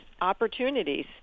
opportunities